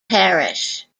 parish